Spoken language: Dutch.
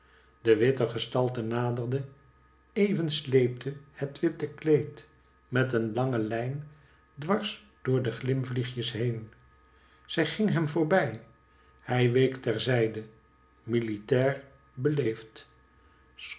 de witte gestalte naderde even sleepte het witte kleed met een lange lijn dwars door de glimvliegjes heen zij ging hem voorbij hij week ter zijde militair beleefd